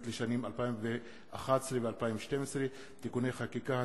לשנים 2011 ו-2012 (תיקוני חקיקה),